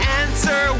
answer